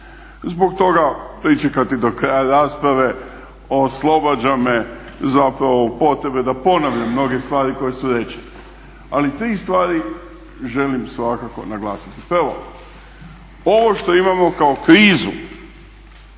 Zbog toga pričekati do kraja rasprave oslobađa me zapravo potrebe da ponavljam mnoge stvari koje su rečene. Ali tri stvari želim svakako naglasiti. Prvo, ovo što imamo kao krizu